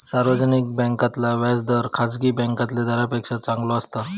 सार्वजनिक बॅन्कांतला व्याज दर खासगी बॅन्कातल्या दरांपेक्षा चांगलो असता